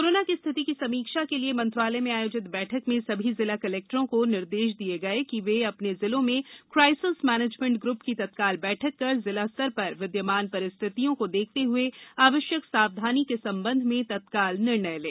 corona की स्थिति की समीक्षा के लिए मंत्रालय में आयोजित बैठक में सभी जिला कलेक्टरों को निर्देश दिए गए कि वे अपने जिलों में क्राइसिस मैनेजमेंट ग्रप की तत्काल बैठक कर जिला स्तर पर विद्यमान परिस्थितियों को देखते हुए आवश्यक सावधानी के संबंध में तत्काल निर्णय लें